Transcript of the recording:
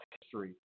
history